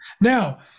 Now